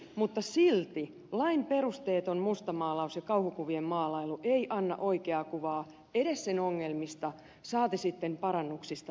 mutta silti lain perusteeton mustamaalaus ja kauhukuvien maalailu ei anna oikeaa kuvaa edes sen ongelmista saati sitten parannuksista nykytilaan